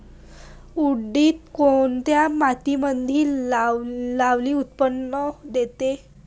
उडीद कोन्या मातीमंदी लई उत्पन्न देते?